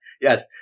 Yes